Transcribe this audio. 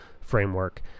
framework